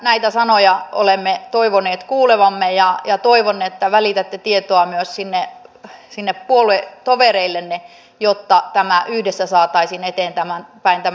näitä sanoja olemme toivoneet kuulevamme ja toivon että välitätte tietoa myös sinne puoluetovereillenne jotta tämä yhteiskuntasopimus yhdessä saataisiin eteenpäin